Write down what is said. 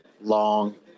Long